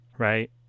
Right